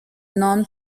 non